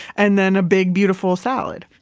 and then a big beautiful salad